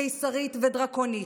קיסרית ודרקונית.